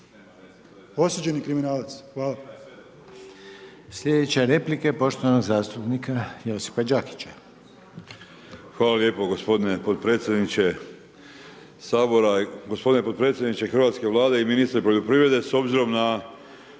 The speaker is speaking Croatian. **Reiner, Željko (HDZ)** Slijedeće replike poštovanog zastupnika Josipa Đakića. **Đakić, Josip (HDZ)** Hvala lijepo gospodine podpredsjedniče Sabora, gospodine podpredsjedniče hrvatske Vlade i ministre poljoprivrede, s obzirom na